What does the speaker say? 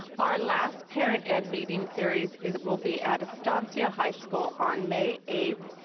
our last parent ed meeting series is, will be at estancia high school on may eighth,